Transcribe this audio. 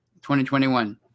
2021